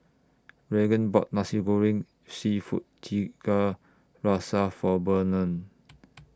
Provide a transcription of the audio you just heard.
Regan bought Nasi Goreng Seafood Tiga Rasa For Burnell